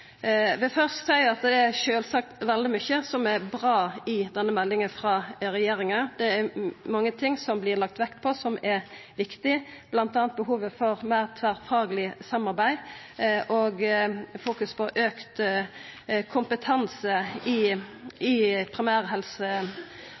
vil først seia at det sjølvsagt er veldig mykje som er bra i denne meldinga frå regjeringa. Det er mange ting som vert vektlagt, som er viktige, bl.a. behovet for meir tverrfagleg samarbeid og fokus på auka kompetanse i